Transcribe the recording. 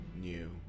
new